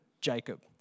Jacob